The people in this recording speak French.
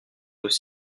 aux